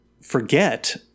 forget